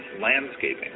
landscaping